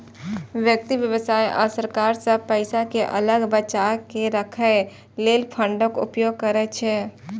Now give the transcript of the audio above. व्यक्ति, व्यवसाय आ सरकार सब पैसा कें अलग बचाके राखै लेल फंडक उपयोग करै छै